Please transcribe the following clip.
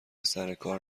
سرکار